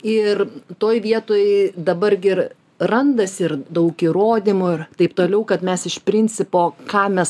ir toj vietoj dabar gi ir randasi ir daug įrodymų ir taip toliau kad mes iš principo ką mes